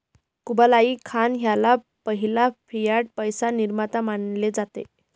Kublai Khan ह्याला पहिला fiat पैसा निर्माता मानले जाते